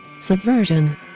Subversion